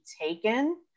taken